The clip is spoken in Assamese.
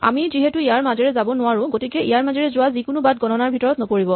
আমি যিহেতু ইয়াৰ মাজেৰে যাব নোৱাৰো গতিকে ইয়াৰ মাজেৰে যোৱা যিকোনো বাট গণনাৰ ভিতৰত নপৰিব